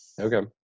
okay